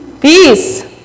peace